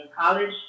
college